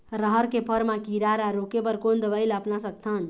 रहर के फर मा किरा रा रोके बर कोन दवई ला अपना सकथन?